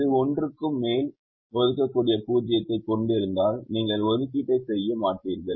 இது 1 க்கு மேல் ஒதுக்கக்கூடிய 0 ஐக் கொண்டிருந்தால் நீங்கள் ஒதுக்கீட்டை செய்ய மாட்டீர்கள்